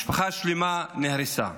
משפחה שלמה נהרסה.